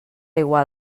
igual